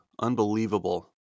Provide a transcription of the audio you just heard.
unbelievable